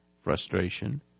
frustration